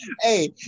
hey